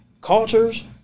cultures